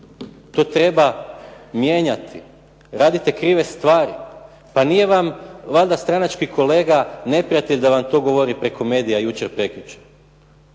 To treba mijenjati. Radite krive stvari. Pa nije vam valjda stranački kolega neprijatelj da vam to govori preko medija jučer, prekjučer.